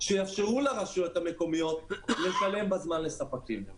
שיאפשרו לרשויות המקומיות לשלם בזמן לספקים?